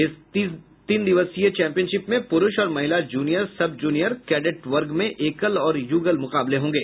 इस तीन दिवसीय चैंपियनशिप में पुरूष और महिला जूनियर सब जूनियर कैडेट वर्ग में एकल और युगल मुकाबले होंगे